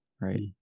Right